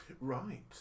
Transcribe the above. Right